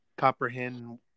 comprehend